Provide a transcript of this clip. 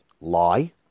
lie